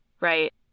right